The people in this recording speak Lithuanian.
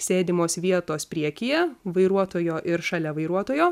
sėdimos vietos priekyje vairuotojo ir šalia vairuotojo